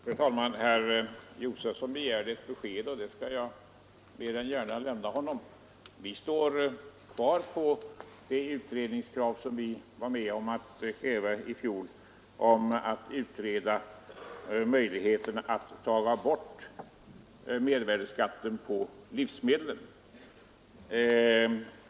Fru talman! Herr Josefson begärde ett besked, och det skall jag mer än gärna lämna honom. Vi håller fast vid det utredningskrav som vi var med om att lägga fram i fjol om att utreda möjligheten att ta bort mervärdeskatten på livsmedel.